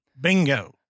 Bingo